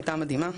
הייתה מדהימה.